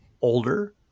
older